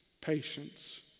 patience